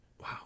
Wow